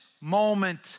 moment